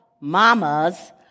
mamas